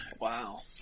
Wow